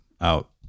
out